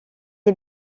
est